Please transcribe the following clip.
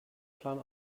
plan